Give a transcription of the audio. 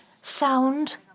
sound